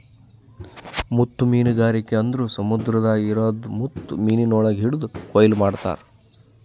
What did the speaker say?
ಮುತ್ತು ಮೀನಗಾರಿಕೆ ಅಂದುರ್ ಸಮುದ್ರದಾಗ್ ಇರದ್ ಮುತ್ತು ಮೀನಗೊಳ್ ಹಿಡಿದು ಕೊಯ್ಲು ಮಾಡ್ತಾರ್